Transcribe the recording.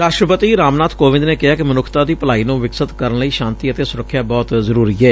ਰਾਸ਼ਟਰਪਤੀ ਰਾਮ ਨਾਥ ਕੋਵਿੰਦ ਨੇ ਕਿਹੈ ਕਿ ਮਨੁੱਖਤਾ ਦੀ ਭਲਾਈ ਨੂੰ ਵਿਕਸਤ ਕਰਨ ਲਈ ਸ਼ਾਂਤੀ ਅਤੇ ਸੁਰੱਖਿਆ ਬਹੁਤ ਜ਼ਰੁਰੀ ਏ